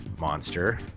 monster